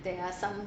there are some